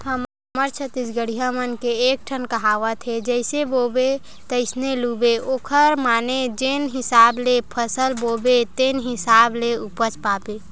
हमर छत्तीसगढ़िया मन के एकठन कहावत हे जइसे बोबे तइसने लूबे ओखर माने जेन हिसाब ले फसल बोबे तेन हिसाब ले उपज पाबे